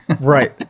Right